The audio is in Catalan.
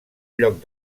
lloc